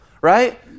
right